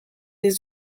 des